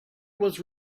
was